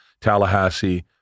Tallahassee